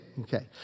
Okay